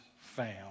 found